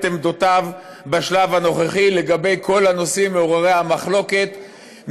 עמדותיו בשלב הנוכחי לגבי כל הנושאים מעוררי המחלוקת,